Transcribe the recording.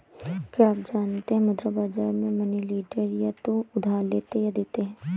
क्या आप जानते है मुद्रा बाज़ार में मनी डीलर या तो उधार लेते या देते है?